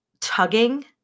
tugging